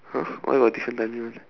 !huh! why got different timing [one]